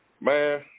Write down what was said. Man